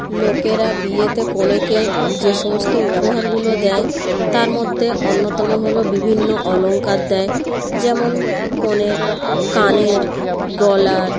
লোকেরা বিয়েতে কনেকে যে সমস্ত উপহারগুলো দেয় তার মধ্যে অন্যতম হল বিভিন্ন অলঙ্কার দেয় যেমন কনের কানের গলার